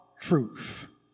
truth